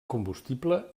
combustible